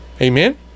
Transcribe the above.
Amen